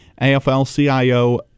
AFL-CIO